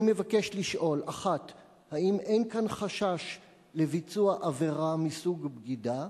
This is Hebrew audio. אני מבקש לשאול: 1. האם אין כאן חשש לביצוע עבירה מסוג בגידה?